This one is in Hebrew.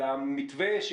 אלא מתווה,